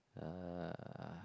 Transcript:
uh